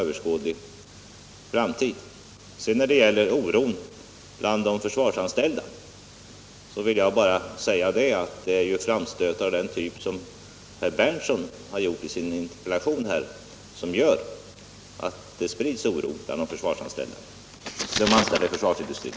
Vad gäller oron bland de försvarsanställda vill jag bara säga att det just är framstötar av den typ som herr Berndtson gjort i sin interpellation som sprider oro bland dem som är anställda i försvarsindustrin.